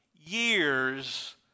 years